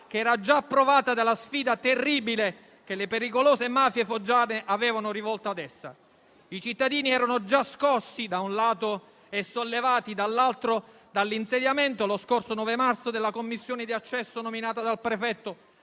che era già provata dalla sfida terribile che le pericolose mafie foggiane avevano rivolto ad essa. I cittadini erano già scossi, da un lato, e sollevati, dall'altro, dall'insediamento lo scorso 9 marzo della commissione di accesso nominata dal prefetto,